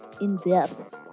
in-depth